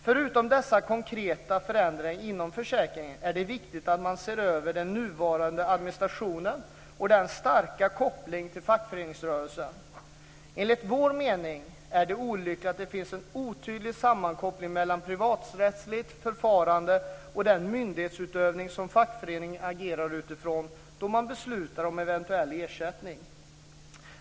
Förutom dessa konkreta förändringar inom försäkringen är det viktigt att man ser över den nuvarande administrationen och den starka kopplingen till fackföreningsrörelsen. Enligt vår mening är det olyckligt att det finns en otydlig sammankoppling mellan ett privaträttsligt förfarande och den myndighetsutövning som fackföreningarna agerar utifrån då man beslutar om eventuell ersättning.